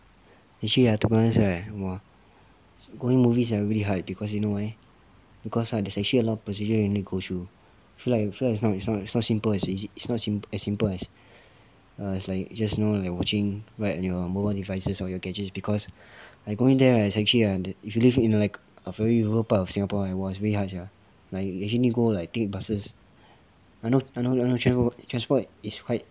actually ah to be honest right !wah! going movies ah really hard eh because you know why because right there's actually a lot of procedure you need to go through I feel like feel like it's not it's not it's not simple as it it's not simple as simple as err as like just know that you're watching right your mobile devices or your gadgets because like go in there right it's actually ah if you live in like a very rural part of singapore !wah! it's very hard sia like literally need to go like take buses no no no transport is quite